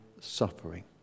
suffering